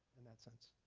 in that sense.